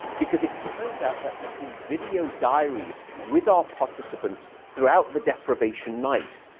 because it turns out that we do video diaries with our participants throughout the deprivation night.